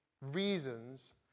reasons